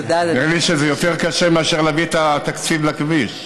נראה לי שזה יותר קשה מאשר להביא את התקציב לכביש.